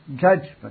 judgment